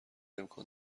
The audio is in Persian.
امکان